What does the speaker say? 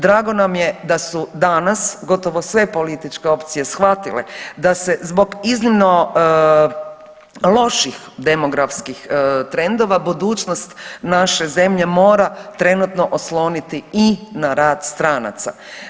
Drago nam je da su danas gotovo sve političke opcije shvatile da se zbog iznimno loših demografskih trendova budućnost naše zemlje mora trenutno osloniti i na rad stranaca.